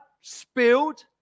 spilled